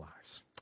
lives